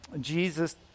Jesus